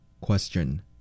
Question